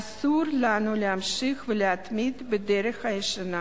אסור לנו להמשיך ולהתמיד בדרך הישנה.